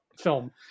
film